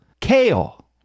Kale